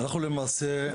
למעשה,